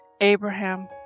Abraham